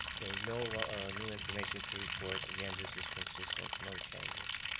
there's no new information to report. again, this is consistent. no changes.